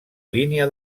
línia